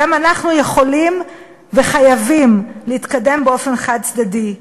גם אנחנו יכולים וחייבים להתקדם באופן חד-צדדי,